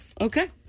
Okay